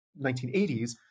1980s